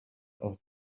aus